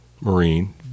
Marine